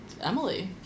emily